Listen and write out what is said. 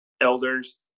elders